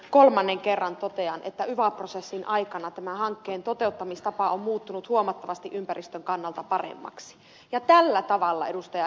kolmannen kerran totean että yva prosessin aikana tämän hankkeen toteuttamistapa on muuttunut huomattavasti ympäristön kannalta paremmaksi ja tällä tavalla ed